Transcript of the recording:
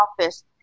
office